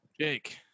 Jake